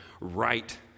right